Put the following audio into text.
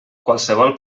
qualsevol